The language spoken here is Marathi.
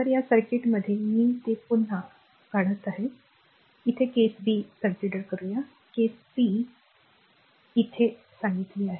तर या सर्किटमध्ये मी ते पुन्हा r साठी काढत आहे हे केस b आहे या केससाठी हे केस b आहे